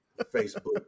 Facebook